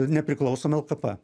nepriklausoma lkp